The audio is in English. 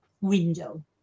window